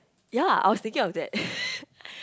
ya I was thinking of that